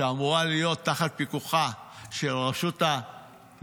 שאמורה להיות תחת פיקוחה של הרשות המחוקקת,